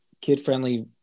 kid-friendly